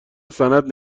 سند